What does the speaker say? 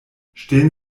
stellen